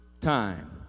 time